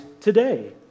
today